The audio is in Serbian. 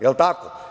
Jel tako?